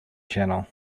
channel